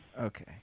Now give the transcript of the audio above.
Okay